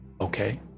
Okay